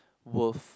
worth